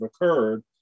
occurred